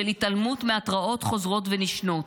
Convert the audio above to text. של התעלמות מהתרעות חוזרות ונשנות,